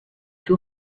two